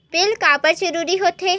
Bill काबर जरूरी होथे?